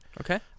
Okay